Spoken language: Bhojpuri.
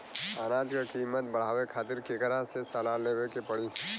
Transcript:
अनाज क कीमत बढ़ावे खातिर केकरा से सलाह लेवे के पड़ी?